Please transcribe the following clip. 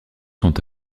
sont